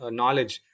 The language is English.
knowledge